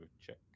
check